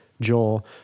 Joel